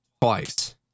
Twice